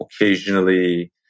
occasionally